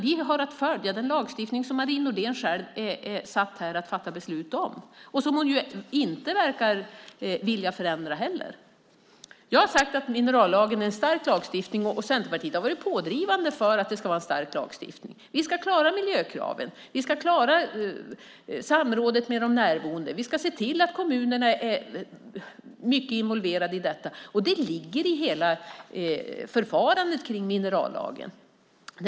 Vi har att följa den lagstiftning som Marie Nordén själv är satt här att fatta beslut om och som hon inte verkar vilja förändra heller. Jag har sagt att minerallagen är en stark lagstiftning. Centerpartiet har varit pådrivande för att det ska vara en stark lagstiftning. Vi ska klara miljökraven och samrådet med de närboende. Vi ska se till att kommunerna är mycket involverade i detta. Det ligger i hela förfarandet kring minerallagen.